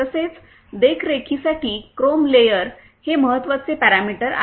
तसेच देखरेखीसाठी chrome layer हे महत्त्वाचे पॅरामीटर आहे